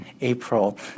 April